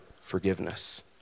forgiveness